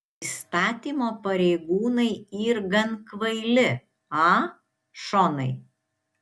įstatymo pareigūnai yr gan kvaili a šonai